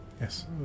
Yes